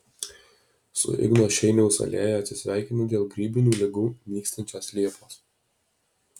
su igno šeiniaus alėja atsisveikina dėl grybinių ligų nykstančios liepos